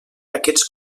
aquests